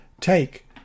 take